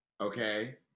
okay